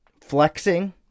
flexing